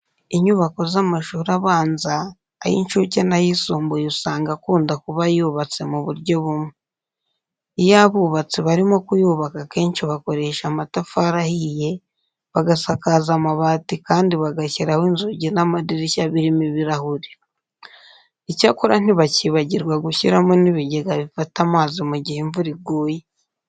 Inyubako z'amashuri abanza, ay'incuke n'ayisumbuye usanga akunda kuba yubatse mu buryo bumwe. Iyo abubatsi barimo kuyubaka akenshi bakoresha amatafari ahiye, bagasakaza amabati kandi bagashyiraho inzugi n'amadirishya birimo ibirahure. Icyakora ntibakibagirwa gushyiraho n'ibigega bifata amazi mu gihe imvura iguye.